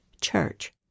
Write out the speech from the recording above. church